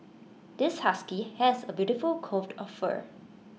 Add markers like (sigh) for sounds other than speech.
this husky has A beautiful (unintelligible) of fur